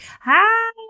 hi